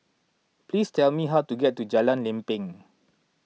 please tell me how to get to Jalan Lempeng